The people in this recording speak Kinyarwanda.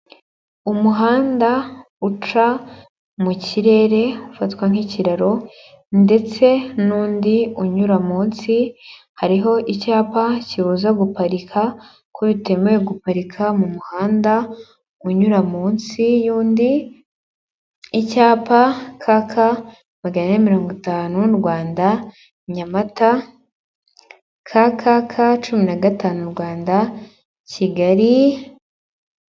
Umuhanda uca mu kirere ufatwa nk'ikiraro, ndetse n'undi unyura munsi, hariho icyapa kibuza guparika, ko bitemewe guparika mu muhanda unyura munsi y'undi. Icyapa KK magana ane mirongo itanu Rwanda-Nyamata, KKK cumi na gatanu Rwanda- Kigali.